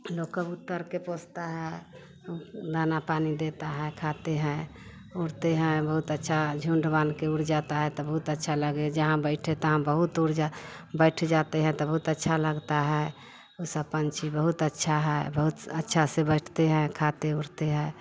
लोग कबूतर के पोछता है दाना पानी देता है खाते हैं उड़ते हैं बहुत अच्छा झुंड बन कर उड़ जाता हैं त बहुत अच्छा लगे जहाँ बैठे तहाँ बहुत उड़ जा बैठ जाते हैं त बहुत अच्छा लगता है ऊ सब पंछी बहुत अच्छा है बहुत अच्छा से बैठते हैं खाते उड़ते हैं